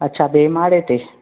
अच्छा ॿिए माड़े ते